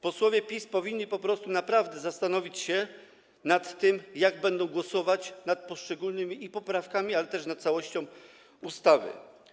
Posłowie PiS powinni po prostu naprawdę zastanowić się nad tym, jak będą głosować nad poszczególnymi poprawkami, ale też nad całością ustawy.